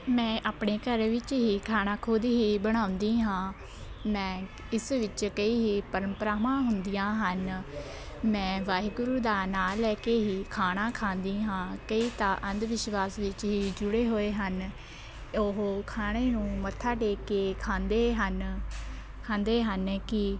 ਮੈਂ ਆਪਣੇ ਘਰ ਵਿੱਚ ਹੀ ਖਾਣਾ ਖੁਦ ਹੀ ਬਣਾਉਂਦੀ ਹਾਂ ਮੈਂ ਇਸ ਵਿੱਚ ਕਈ ਹੀ ਪਰੰਪਰਾਵਾਂ ਹੁੰਦੀਆਂ ਹਨ ਮੈਂ ਵਾਹਿਗੁਰੂ ਦਾ ਨਾਂ ਲੈ ਕੇ ਹੀ ਖਾਣਾ ਖਾਂਦੀ ਹਾਂ ਕਈ ਤਾਂ ਅੰਧ ਵਿਸ਼ਵਾਸ ਵਿੱਚ ਹੀ ਜੁੜੇ ਹੋਏ ਹਨ ਉਹ ਖਾਣੇ ਨੂੰ ਮੱਥਾ ਟੇਕ ਕੇ ਖਾਂਦੇ ਹਨ ਖਾਂਦੇ ਹਨ ਕਿ